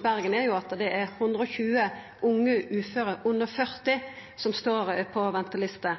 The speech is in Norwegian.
Bergen er at det er 120 unge uføre under 40 år som står på venteliste.